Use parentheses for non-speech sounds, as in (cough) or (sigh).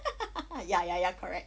(laughs) ya ya ya correct